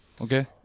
okay